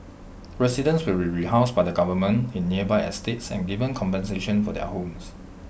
residents will be rehoused by the government in nearby estates and given compensation for their homes